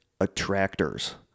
attractors